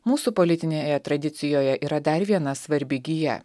mūsų politinėje tradicijoje yra dar viena svarbi gija